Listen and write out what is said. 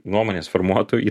nuomonės formuotoju